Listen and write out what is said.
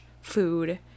food